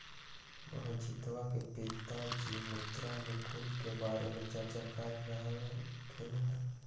मोहजीतवा के पिताजी मृदा अनुकूलक के बारे में चर्चा कर रहल खिन हल